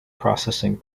processing